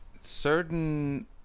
certain